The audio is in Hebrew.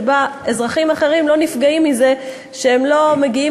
שבה אזרחים אחרים לא נפגעים מזה שהם לא מגיעים